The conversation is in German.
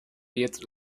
jetzt